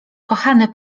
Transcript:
kochany